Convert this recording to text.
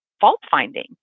fault-finding